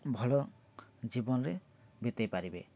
ଭଲ ଜୀବନରେ ବିତାଇ ପାରିବେ